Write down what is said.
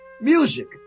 music